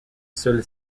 seule